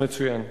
מצוין.